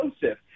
Joseph